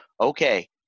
Okay